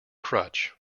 crutch